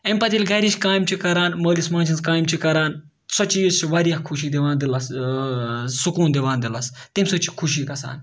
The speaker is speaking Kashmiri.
اَمہِ پَتہٕ ییٚلہِ گَرِچ کامہِ چھِ کَران مٲلِس ماجہِ ہِنٛز کامہِ چھِ کَران سۄ چیٖز چھِ واریاہ خوشی دِلَس سکوٗن دِوان دِلَس تَمہِ سۭتۍ چھِ خوشی گژھان